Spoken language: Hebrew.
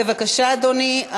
בבקשה, אדוני.